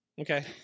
Okay